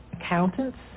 accountants